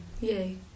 Yay